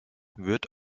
wird